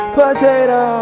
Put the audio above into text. potato